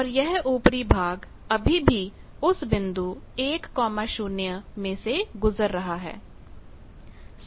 और यह ऊपरी भाग अभी भी उस बिंदु 10 में से गुजर रहा है